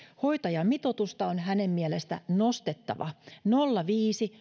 hoitajamitoitusta on hänen mielestään nostettava suositusminimi nolla pilkku viisi